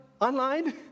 online